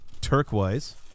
turquoise